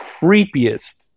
creepiest